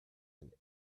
and